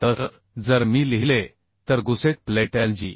तर जर मी लिहिले तर गुसेट प्लेटLg